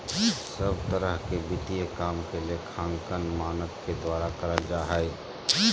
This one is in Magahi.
सब तरह के वित्तीय काम के लेखांकन मानक के द्वारा करल जा हय